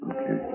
Okay